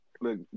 look